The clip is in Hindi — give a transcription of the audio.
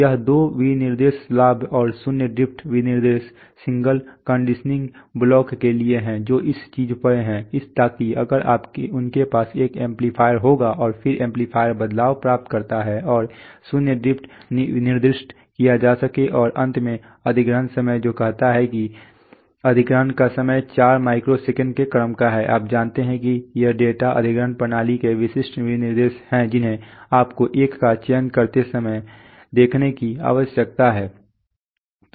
यह दो विनिर्देश लाभ और शून्य ड्रिफ्ट विनिर्देश सिग्नल कंडीशनिंग ब्लॉक के लिए हैं जो इस चीज़ में है ताकि अगर उनके पास एक एम्पलीफायर होगा और फिर एम्पलीफायर बदलाव प्राप्त करता है और शून्य ड्रिफ्ट निर्दिष्ट किया जा सके और अंत में अधिग्रहण समय जो कहता है कि अधिग्रहण का समय 4 माइक्रो सेकंड के क्रम का है आप जानते हैं कि ये डेटा अधिग्रहण प्रणाली के विशिष्ट विनिर्देश हैं जिन्हें आपको 1 का चयन करते समय देखने की आवश्यकता है